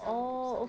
!aww! oh